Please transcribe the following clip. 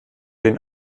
den